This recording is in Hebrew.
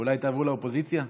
אולי תעברו לאופוזיציה?